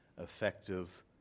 effective